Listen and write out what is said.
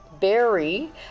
Berry